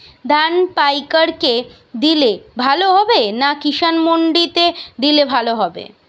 ধান পাইকার কে দিলে ভালো হবে না কিষান মন্ডিতে দিলে ভালো হবে?